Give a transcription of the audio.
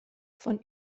von